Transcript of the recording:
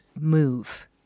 move